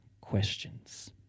questions